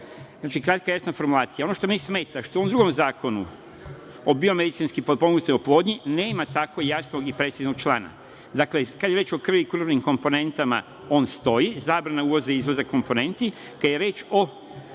Srbije. Kratka i jasna formulacija. Ono što mi smeta, što u drugom zakonu o biomedicinski potpomognutoj oplodnji nema tako jasnog i preciznog člana. Kada je već reč o krvi i krvnim komponentama on stoji, zabrana izvoza i uvoza komponenti, kada je reč o